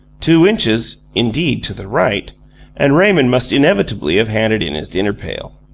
two inches, indeed, to the right and raymond must inevitably have handed in his dinner-pail.